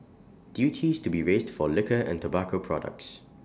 duties to be raised for liquor and tobacco products